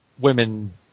women